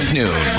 noon